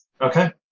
Okay